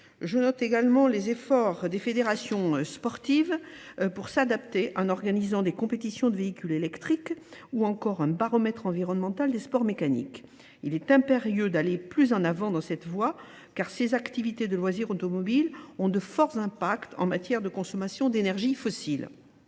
Je note également les efforts des fédérations sportives pour s'adapter en organisant des compétitions de véhicules électriques ou encore un baromètre environnemental des sports mécaniques. Il est impérieux d'aller plus en avant dans cette voie car ces activités de loisirs automobiles ont de forts impacts en matière de consommation d'énergie fossile.